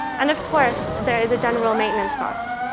and of course, there is a general maintenance cost.